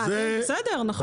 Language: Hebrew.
בסדר, נכון.